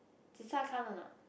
Zi-char count a not